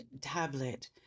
tablet